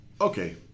Okay